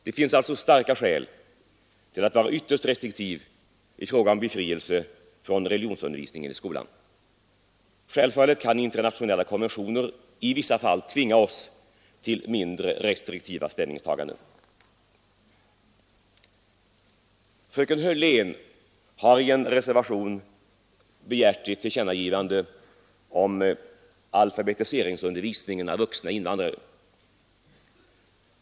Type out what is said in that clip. Det finns alltså mycket starka skäl att vara ytterst restriktiv i fråga om befrielse från religionsundervisningen i skolan. Självfallet kan internationella konventioner i vissa fall tvinga oss till mindre restriktiva ställningstaganden. Fröken Hörlén har i en reservation begärt ett tillkännagivande om alfabetiseringsundervisningen av vuxna invandrare.